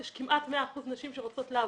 יש כמעט 100 אחוזים נשים שרוצות לעבוד.